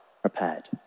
prepared